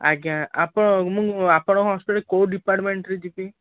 ଆଜ୍ଞା ଆପଣ ମୁଁ ଆପଣଙ୍କ ହସ୍ପିଟାଲ କେଉଁ ଡିପାର୍ଟମେଣ୍ଟରେ ଯିବି